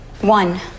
One